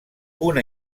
una